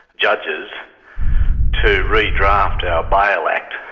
judges to re-draft our bail act.